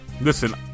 listen